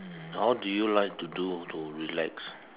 how do you like to do to relax